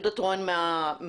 יהודה טרואן מהממ"מ,